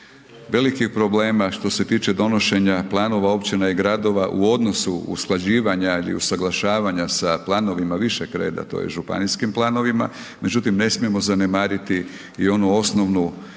velikih problema što se tiče donošenja planova općina i gradova u odnosu usklađivanja ili usuglašavanja sa planovima višeg reda to jest županijskim planovima, međutim ne smijemo zanemariti i onu osnovnu,